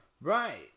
right